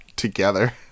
together